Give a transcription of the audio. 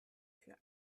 für